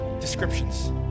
descriptions